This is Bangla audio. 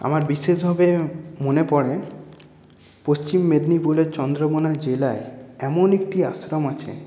আমার বিশেষভাবে মনে পড়ে পশ্চিম মেদিনীপুরের চন্দ্রকোণা জেলায় এমন একটি আশ্রম আছে